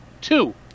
Two